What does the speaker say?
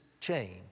change